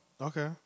Okay